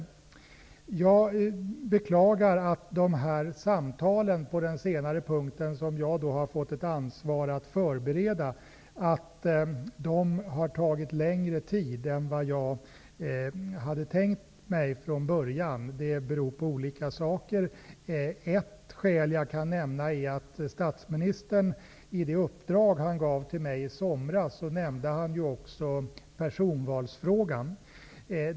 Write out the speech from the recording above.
Jag beklagar att de samtal på den senare punkten som jag har fått ett ansvar för att förbereda har tagit längre tid än vad jag hade tänkt mig från början. Det beror på olika saker. Ett skäl jag kan nämna är att statsministern i det uppdrag han gav till mig i somras också nämnde personvalsfrågan.